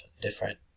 different